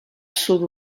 sud